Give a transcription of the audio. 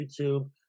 YouTube